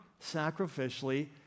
sacrificially